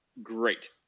Great